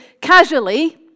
casually